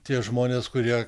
tie žmonės kurie